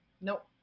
Nope